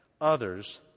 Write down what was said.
others